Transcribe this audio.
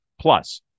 plus